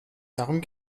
darum